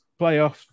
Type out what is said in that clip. playoff